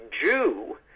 Jew